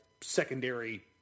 secondary